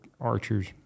archers